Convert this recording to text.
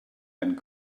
and